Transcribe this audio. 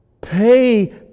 Pay